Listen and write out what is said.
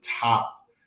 top